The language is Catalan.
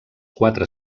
quatre